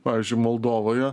pavyzdžiui moldovoje